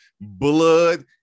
blood